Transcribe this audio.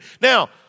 Now